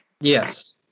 Yes